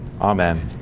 amen